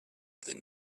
than